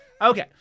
Okay